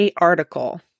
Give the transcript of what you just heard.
article